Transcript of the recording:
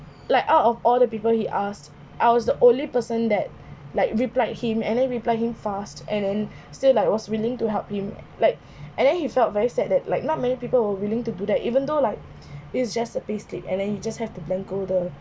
like out of all the people he asked I was the only person that like replied him and then reply him fast and then still like was willing to help him like and then he felt very sad that like not many people were willing to do that even though like it's just a payslip and then you just have to blanco the